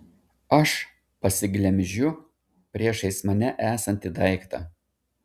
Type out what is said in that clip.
aš pasiglemžiu priešais mane esantį daiktą